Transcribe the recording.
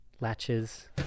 latches